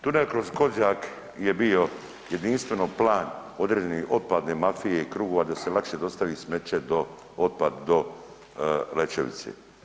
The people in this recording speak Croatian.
Tunel kroz Kozjak je bio jedinstveno plan određene otpadne mafije i krugova da se lakše dostavi smeće do, otpad do Lećevice.